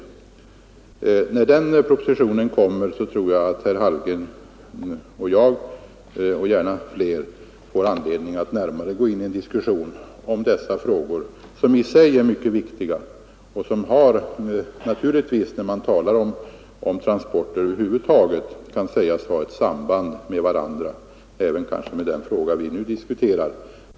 När denna proposition kommer tror jag att herr Hallgren och jag och gärna fler får anledning att närmare gå in i diskussion om dessa frågor, som i sig är mycket viktiga och som naturligtvis kan sägas ha ett samband med frågor om transporter över huvud taget, även kanske med den fråga vi nu diskuterar.